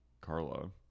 Carla